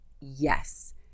yes